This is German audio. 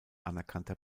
anerkannter